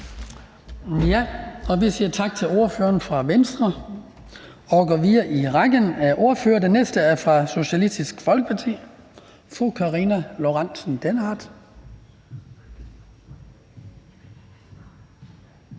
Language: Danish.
Vi siger tak til ordføreren for Venstre og går videre i rækken af ordførere. Den næste er fra Socialistisk Folkeparti. Fru Karina Lorentzen Dehnhardt.